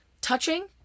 touching